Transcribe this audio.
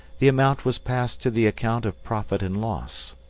the amount was passed to the account of profit and loss.